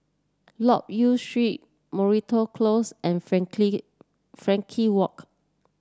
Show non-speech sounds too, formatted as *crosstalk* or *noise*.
Loke Yew Street Moreton Close and *unintelligible* Frankel Walk